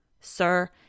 Sir